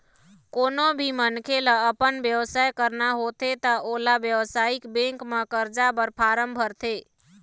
कोनो भी मनखे ल अपन बेवसाय करना होथे त ओला बेवसायिक बेंक म करजा बर फारम भरथे